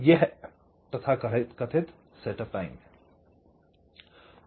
यह तथाकथित setup time है